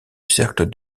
cercle